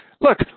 Look